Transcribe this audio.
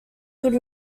good